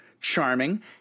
charming